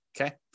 okay